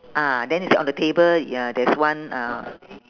ah then you say on the table ya there's one uh